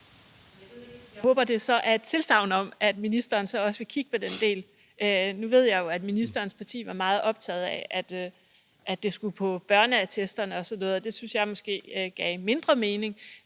Jeg håber, at det så er et tilsagn om, at ministeren også vil kigge på den del. Nu ved jeg jo, at ministerens parti var meget optaget af, at det skulle på børneattesterne osv. Det synes jeg måske giver mindre mening.